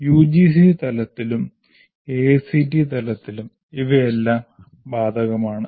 UGC തലത്തിലും AICTE തലത്തിൽ ഇവയെല്ലാം ബാധകമാണ്